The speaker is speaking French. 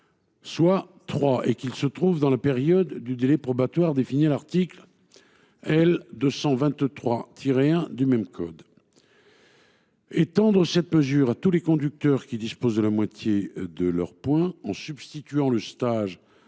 trois, et qu’il se trouve dans la période du délai probatoire défini à l’article L. 223 1 du même code. Étendre cette mesure à tous les conducteurs qui auraient perdu la moitié de leurs points, en substituant le stage